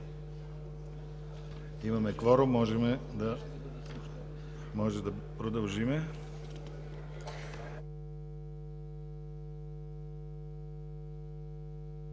Имаме кворум, можем да продължим.